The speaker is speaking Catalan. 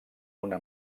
una